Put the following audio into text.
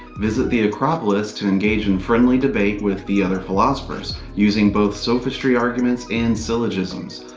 visit the acropolis to engage in friendly debate with the other philosophers, using both sophistry arguments and syllogisms.